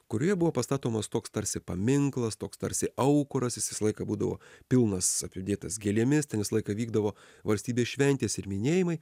kurioje buvo pastatomas toks tarsi paminklas toks tarsi aukuras jis visą laiką būdavo pilnas apdėtas gėlėmis ten visą laiką vykdavo valstybės šventės ir minėjimai